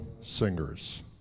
singers